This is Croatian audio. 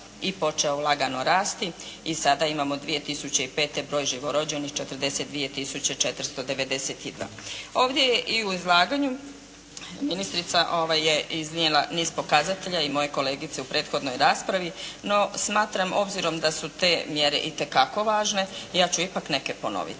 i počeo lagano rasti i sada imamo 2005. broj živorođenih 42 tisuće 492. Ovdje je i u izlaganju, ministrica je iznijela niz pokazatelja i moje kolegice u prethodnoj raspravi, no smatram obzirom da su te mjere itekako važne, ja ću ipak neke ponoviti.